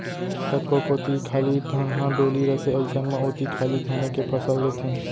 कतको कोती खाली धनहा डोली रथे अइसन म ओती खाली धाने के फसल लेथें